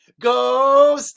Go